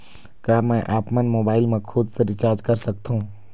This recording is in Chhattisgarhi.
का मैं आपमन मोबाइल मा खुद से रिचार्ज कर सकथों?